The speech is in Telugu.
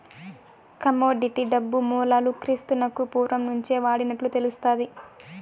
కమోడిటీ డబ్బు మూలాలు క్రీస్తునకు పూర్వం నుంచే వాడినట్లు తెలుస్తాది